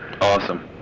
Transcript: Awesome